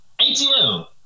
ATL